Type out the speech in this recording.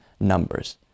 numbers